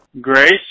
Grace